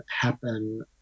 happen